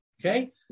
Okay